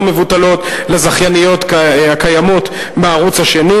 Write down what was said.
מבוטלות לזכייניות הקיימות בערוץ השני.